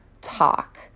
talk